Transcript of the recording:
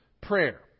prayer